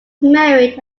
married